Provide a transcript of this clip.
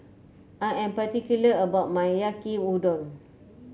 I am particular about my Yaki Udon